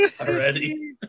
already